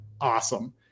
awesome